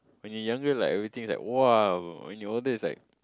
when you're younger like everything is like !wow! when you're older is like